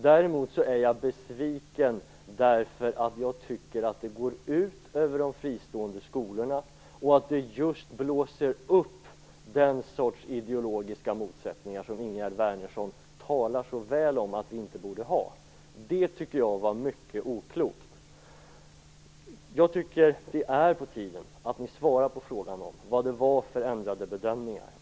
Däremot är jag besviken därför att det går ut över de fristående skolorna och blåser upp den sorts ideologiska motsättningar om Ingegerd Wärnersson talar så väl om att vi inte borde ha. Det tycker jag är mycket oklokt. Det är på tiden att ni svarar på frågan om vad det var för ändrade bedömningar.